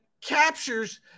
captures